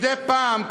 מדי פעם,